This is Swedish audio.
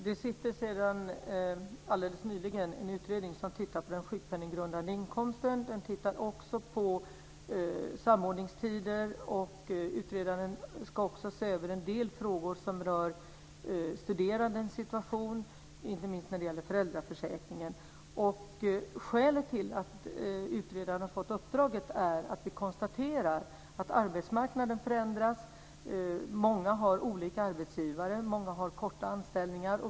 Fru talman! Det har nyligen tillsatts en utredning som tittar på den sjukpenninggrundande inkomsten. Utredningen tittar också på samordningstider, på en del frågor som rör studerandes situation och inte minst på föräldraförsäkringen. Skälet till att utredaren har fått detta uppdrag är att vi har konstaterat att arbetsmarknaden har förändrats. Många har olika arbetsgivare och många har korta anställningar.